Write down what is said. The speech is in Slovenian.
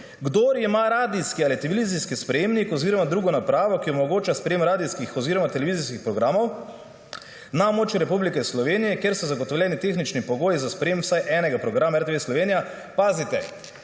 »Kdor ima radijski ali televizijski sprejemnik oziroma drugo napravo, ki omogoča sprejem radijskih oziroma televizijskih programov, na območju Republike Slovenije, kjer so zagotovljeni tehnični pogoji za sprejem vsaj enega programa RTV Slovenija«, pazite,